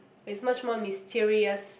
it's much more mysterious